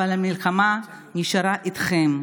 אבל המלחמה נשארה איתכם,